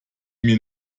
mir